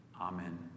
Amen